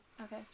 Okay